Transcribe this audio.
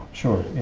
sure.